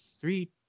three